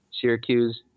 Syracuse